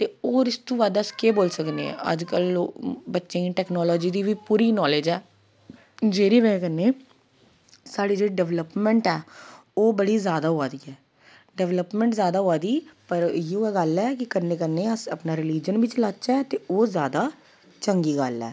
ते होर इस तू बद्ध अस केह् बोली सकने आं अज्जकल बच्चें ईं टेक्नोलॉजी दी बी पूरी नॉलेज ऐ जेह्दी बजह् कन्नै साढ़ी जेह्ड़ी डेवलपमेंट ऐ ओह् बड़ी जादा होआ दी ऐ डेवलपमेंट जादा होआ दी पर इ'यै गल्ल ऐ कि कन्नै कन्नै अस अपना रिलिजन बी चलाचै ते ओह् जादा चंगी गल्ल ऐ